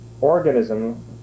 organism